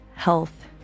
health